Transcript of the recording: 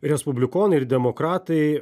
respublikonai ir demokratai